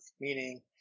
meaning